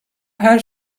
her